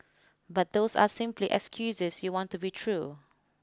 but those are simply excuses you want to be true